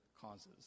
causes